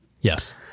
yes